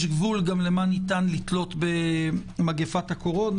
יש גבול גם למה ניתן לתלות במגפת הקורונה.